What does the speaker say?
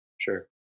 sure